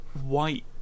white